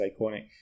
iconic